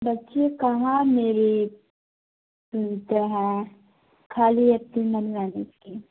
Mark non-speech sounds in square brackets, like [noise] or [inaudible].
बच्चे कहाँ मेरी सुनते हैं ख़ाली [unintelligible] कि